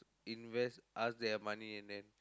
invest ask their money and then